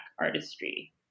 artistry